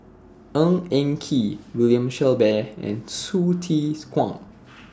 Ng Eng Kee William Shellabear and Hsu Tse Kwang